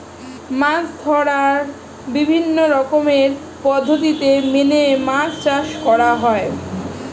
মাছ ধরার বিভিন্ন রকমের পদ্ধতি মেনে মাছ চাষ করা হয়